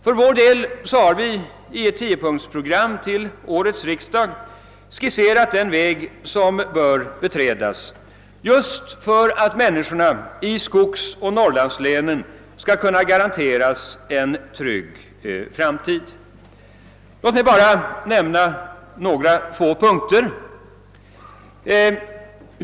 För vår del har vi i ett tiopunktsprogram till årets riksdag skisserat den väg som bör beträdas just för att människorna 1 skogsoch norrlandslänen skall kunna garanteras en trygg framtid. Låt mig bara nämna några av punkterna.